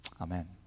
Amen